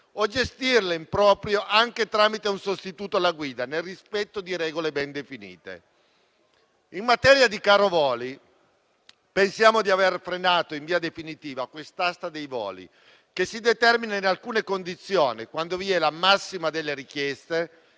o gestirla in proprio, anche tramite un sostituto alla guida, nel rispetto di regole ben definite. In materia di caro voli, pensiamo di aver frenato in via definitiva l'asta che si determina in alcune condizioni, quando vi è il massimo delle richieste